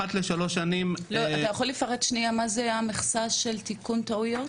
אחת לשלוש שנים --- אתה יכול לפרט שנייה מהי המכסה של תיקון טעויות?